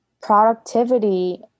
productivity